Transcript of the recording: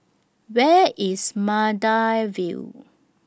Where IS Maida Vale